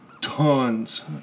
tons